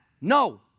no